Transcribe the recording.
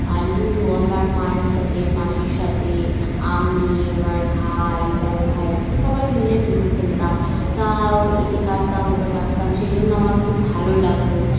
আর ludo আমার মায়ের সাথে মাসির সাথে আমি আমার ভাই বা আমার ভাইের সবাই মিলে লুডো খেলতাম তাও একে কাটতাম ওকে কাটতাম সেই জন্য আমার খুব ভালো লাগতো